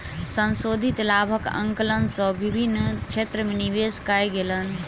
संशोधित लाभक आंकलन सँ विभिन्न क्षेत्र में निवेश कयल गेल